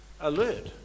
alert